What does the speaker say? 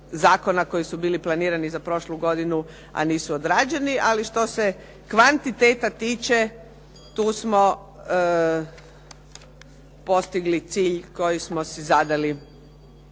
koji su bili planirani za prošlu godinu a nisu odrađeni. Ali što se kvantiteta tiče tu smo postigli cilj koji smo zadali